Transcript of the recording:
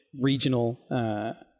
regional